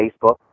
Facebook